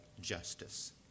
justice